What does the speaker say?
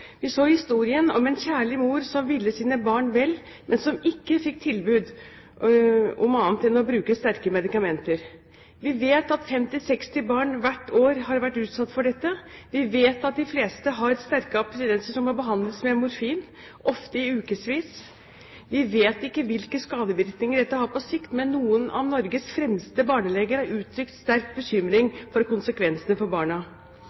Vi så historien om en kjærlig mor som ville sine barn vel, men som ikke fikk tilbud om annet enn å bruke sterke medikamenter. Vi vet at 50–60 barn hvert år har vært utsatt for dette. Vi vet at de fleste har sterke abstinenser som må behandles med morfin, ofte i ukevis. Vi vet ikke hvilke skadevirkninger dette har på sikt, men noen av Norges fremste barneleger har uttrykt sterk bekymring for konsekvensene for barna.